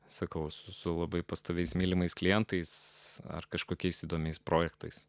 sakau su labai pastoviais mylimais klientais ar kažkokiais įdomiais projektais